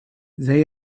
they